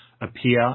appear